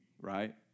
right